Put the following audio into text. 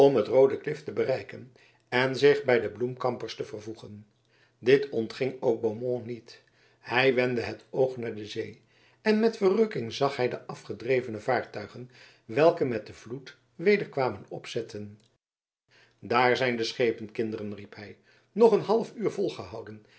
het roode klif te bereiken en zich bij de bloemkampers te vervoegen dit ontging ook beaumont niet hij wendde het oog naar de zee en met verrukking zag hij de afgedrevene vaartuigen welke met den vloed weder kwamen opzetten daar zijn de schepen kinderen riep hij nog een halfuur volgehouden